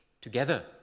together